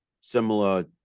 similar